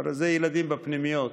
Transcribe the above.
הרי זה ילדים בפנימיות,